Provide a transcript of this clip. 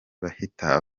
bahita